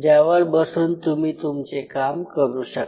ज्यावर बसून तुम्ही तुमचे काम करू शकता